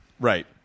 Right